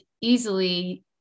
easily